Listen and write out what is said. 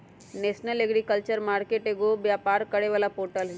national agriculture market एगो व्यापार करे वाला पोर्टल हई